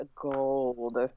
gold